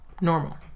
Normal